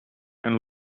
and